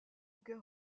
cœur